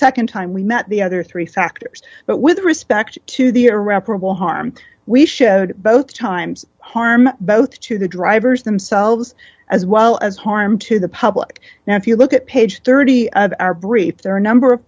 nd time we met the other three factors but with respect to the irreparable harm we showed both times harm both to the drivers themselves as well as harm to the public now if you look at page thirty of our brief there are a number of